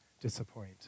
disappoint